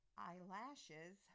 eyelashes